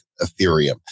Ethereum